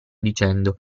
dicendo